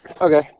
Okay